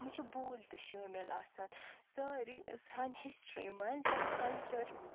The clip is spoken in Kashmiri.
یہِ چھِ بوٗلۍ تہِ شٲمل آسان سٲری سانہِ ہسٹری منٛز چھُ کلچر